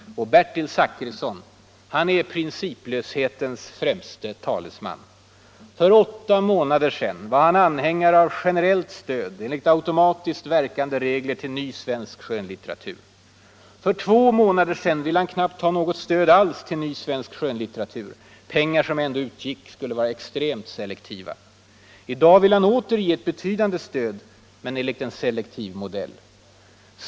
Bertil Zachrisson är principlöshetens främste talesman. För åtta månader sedan var han anhängare av generellt stöd enligt automatiskt verkande regler till ny svensk skönlitteratur. För två månader sedan ville han knappt ha något stöd alls till ny svensk skönlitteratur; de pengar som ändå utgick skulle vara extremt selektiva. I dag vill han åter ge ett betydande stöd, men enligt en selektiv modell.